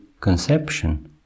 conception